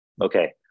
Okay